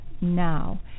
now